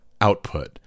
output